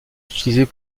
utilisées